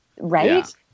right